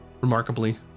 remarkably